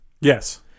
Yes